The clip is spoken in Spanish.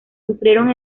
sufrieron